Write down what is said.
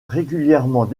régulièrement